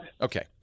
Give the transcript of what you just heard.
Okay